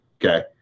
Okay